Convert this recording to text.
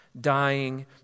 dying